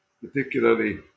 particularly